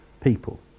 people